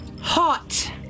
Hot